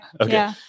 okay